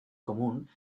común